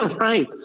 right